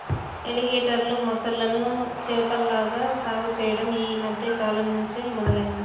ఎలిగేటర్లు, మొసళ్ళను చేపల్లాగా సాగు చెయ్యడం యీ మద్దె కాలంనుంచే మొదలయ్యింది